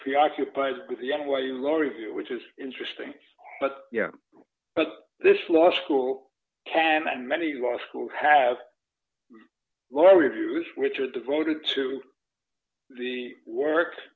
preoccupied with the n y u law review which is interesting but yeah but this law school can and many law schools have law review is which are devoted to the work